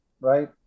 right